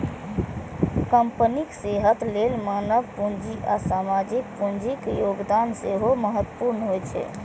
कंपनीक सेहत लेल मानव पूंजी आ सामाजिक पूंजीक योगदान सेहो महत्वपूर्ण होइ छै